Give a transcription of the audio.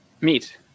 meet